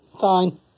fine